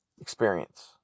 experience